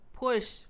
push